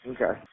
Okay